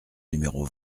numéro